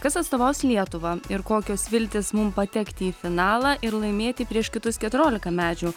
kas atstovaus lietuvą ir kokios viltys mum patekti į finalą ir laimėti prieš kitus keturiolika medžių